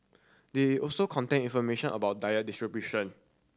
they also contain information about diet distribution